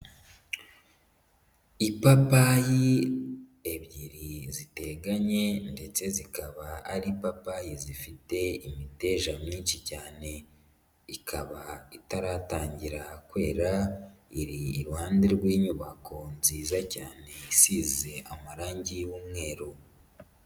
Ipapayi ebyiri ziteganye ndetse zikaba ari ipapayi zifite imiteja myinshi cyane, ikaba itaratangira kwera, iri iruhande rw'inyubako nziza cyane isize amarangi y'umweru.